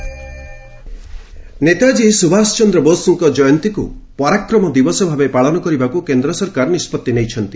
ନେତାଜୀ ନେତାଜୀ ସୁଭାଷ ଚନ୍ଦ୍ର ବୋଷଙ୍କ ଜୟନ୍ତୀକୁ 'ପରାକ୍ରମ ଦିବସ' ଭାବେ ପାଳନ କରିବାକୁ କେନ୍ଦ୍ର ସରକାର ନିଷ୍ପଭି ନେଇଛନ୍ତି